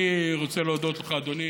אני רוצה להודות לך, אדוני.